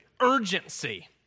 urgency